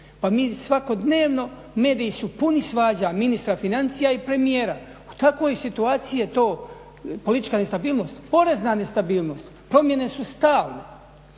Pa mi svakodnevno mediji su puni svađa ministra financija i premijera. U takvoj situaciji je to politička nestabilnost, porezna nestabilnost, promjene su stalne,